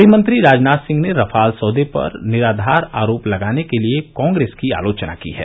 गृहमंत्री राजनाथ सिंह ने रफाल सौदे पर निराधार आरोप लगाने के लिए कांग्रेस की आलोचना की है